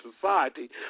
society